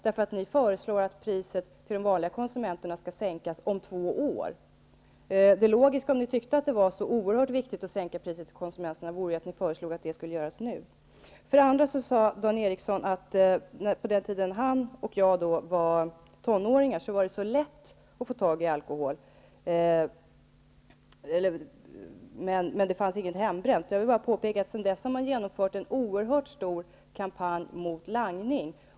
Ni föreslår att priset för de vanliga konsumenterna, skall sänkas om två år. Om ni tyckte att det var så oerhört viktigt att sänka priset för konsumenterna vore det logiska att föreslå att det skulle göras nu. Dessuom sade Dan Eriksson att på den tiden han och jag var tonåringar var det så lätt att få tag i alkohol, men det fanns inget hembränt. Jag vill bara påpeka att man sedan dess har genomfört en oerhört stor kampanj mot langning.